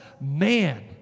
man